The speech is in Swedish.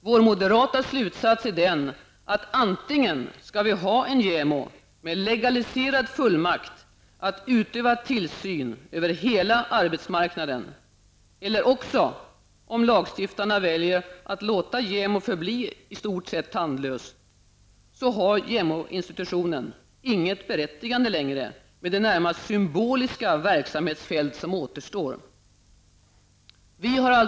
Vår moderata slutsats är den att vi antingen skall ha en JämO med legaliserad fullmakt att utöva tillsyn över hela arbetsmarknaden eller att JämO institutionen -- om lagstiftarna väljer att låta JämO förbli i stort sett tandlös -- med det närmast symboliska verksamhetsfält som återstår inte längre har något berättigande.